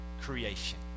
creation